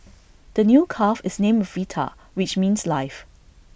the new calf is named Vita which means life